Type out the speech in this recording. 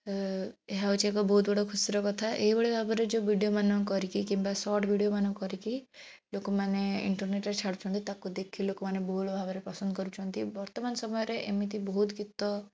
ଏହା ହେଉଛି ଏକ ବହୁତ ବଡ଼ ଖୁସିର କଥା ଏହି ଭଳି ଭାବରେ ଯେଉଁ ଭିଡ଼ିଓମାନ କରିକି କିମ୍ବା ସର୍ଟ ଭିଡ଼ିଓ ମାନ କରିକି ଲୋକମାନେ ଇଣ୍ଟରନେଟ୍ରେ ଛାଡ଼ୁଛନ୍ତି ତାକୁ ଦେଖି ଲୋକମାନେ ବହୁଳ ଭାବରେ ପସନ୍ଦ କରୁଛନ୍ତି ବର୍ତ୍ତମାନ ସମୟରେ ଏମିତି ବହୁତ ଗୀତ